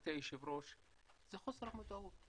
גברתי היושבת ראש, זה חוסר המודעות.